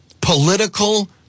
political